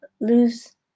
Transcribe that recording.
lose